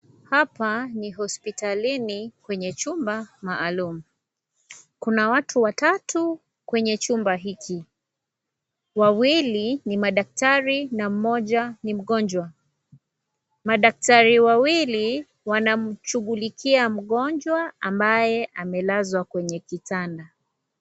Hapa ni hospitalini kwenye chumba maalum. Kuna watu watatu kwenye chumba hiki. Wawili ni madaktari na mmoja ni mgonjwa. Madaktari wawili, wanamshughulikia mgonjwa ambaye amelazwa kwenye kitanda.